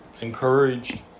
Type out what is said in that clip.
encouraged